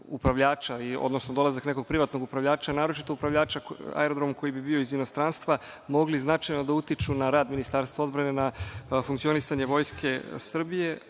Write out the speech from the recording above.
upravljača, odnosno dolazak nekog privatnog upravljača, naročito upravljača aerodromom koji bi bio iz inostranstva, mogli značajno da utiču na rad Ministarstva odbrane, na funkcionisanje Vojske Srbije